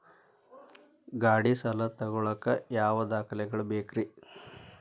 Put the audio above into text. ಗಾಡಿ ಸಾಲ ತಗೋಳಾಕ ಯಾವ ದಾಖಲೆಗಳ ಬೇಕ್ರಿ?